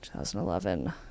2011